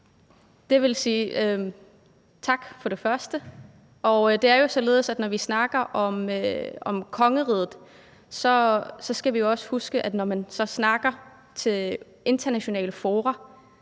Det vil sige: Tak for det første. Det er jo således, at når vi snakker om kongeriget, skal vi huske, at vi, når vi snakker i internationale fora